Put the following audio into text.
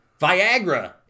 Viagra